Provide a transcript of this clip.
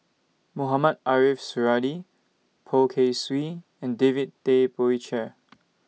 Mohamed Ariff Suradi Poh Kay Swee and David Tay Poey Cher